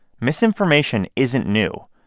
misinformation isn't new,